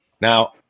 now